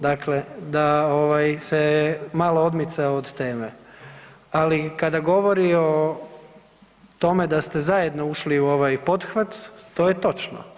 Dakle, da ovaj se malo odmicao od teme, ali kada govori o tome da ste zajedno ušli u ovaj pothvat to je točno.